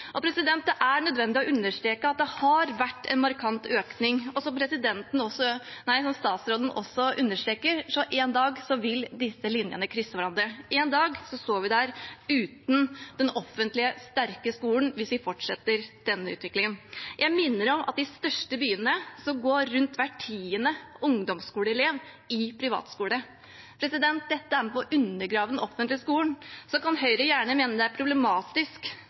Det er nødvendig å understreke at det har vært en markant økning. Som statsråden også understreket, vil disse linjene en dag krysse hverandre. En dag står vi uten den offentlige, sterke skolen hvis vi fortsetter denne utviklingen. Jeg vil minne om at i de største byene går ca. hver tiende ungdomsskoleelev i privatskole. Det er med på å undergrave den offentlige skolen. Så kan Høyre gjerne mene at det er problematisk,